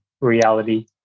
reality